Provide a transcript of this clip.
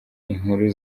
inkuru